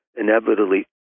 inevitably